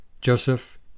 Joseph